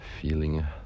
feeling